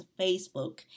Facebook